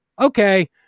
okay